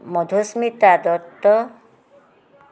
Madhusmita Dutta